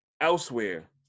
elsewhere